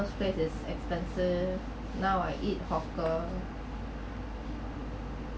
raffles place is expensive now I eat hawker